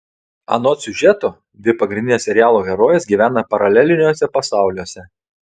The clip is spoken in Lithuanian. anot siužeto dvi pagrindinės serialo herojės gyvena paraleliniuose pasauliuose